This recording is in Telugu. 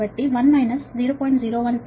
కాబట్టి 1 0